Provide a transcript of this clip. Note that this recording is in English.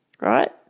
Right